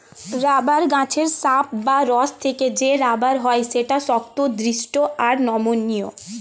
rubber গাছের sap বা রস থেকে যে রাবার হয় সেটা শক্ত, দৃঢ় আর নমনীয়